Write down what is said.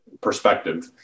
perspective